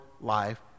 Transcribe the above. life